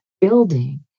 building